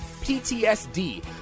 PTSD